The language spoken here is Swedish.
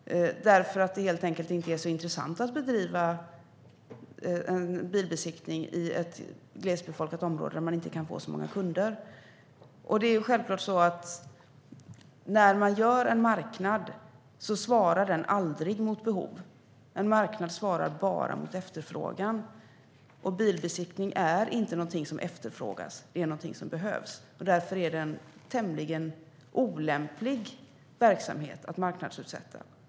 Det är helt enkelt inte så intressant att bedriva en bilbesiktning i ett glesbefolkat område där man inte kan få så många kunder. När man gör en marknad svarar den aldrig mot behov - det är självklart. En marknad svarar bara mot efterfrågan. Bilbesiktning är inte någonting som efterfrågas. Det är någonting som behövs. Därför är det en tämligen olämplig verksamhet att marknadsutsätta.